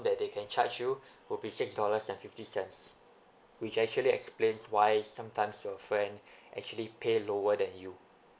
that they can charge you would be six dollars and fifty cents which actually explains why sometimes your friend actually pay lower than you